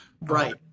Right